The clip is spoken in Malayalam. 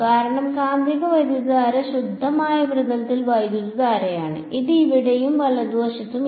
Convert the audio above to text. കാരണം കാന്തിക വൈദ്യുതധാര ശുദ്ധമായ ഉപരിതല വൈദ്യുതധാരയാണ് അത് ഇവിടെയും വലതുവശത്തും ഇല്ല